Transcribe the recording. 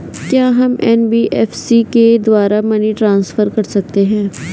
क्या हम एन.बी.एफ.सी के द्वारा मनी ट्रांसफर कर सकते हैं?